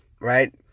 right